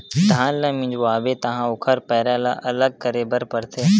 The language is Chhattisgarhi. धान ल मिंजवाबे तहाँ ओखर पैरा ल अलग करे बर परथे